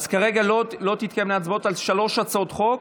אז כרגע לא תתקיימנה הצבעות על שלוש הצעות החוק.